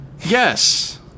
Yes